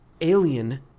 alien